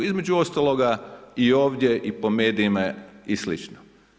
Između ostaloga i ovdje i po medijima i slično.